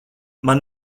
man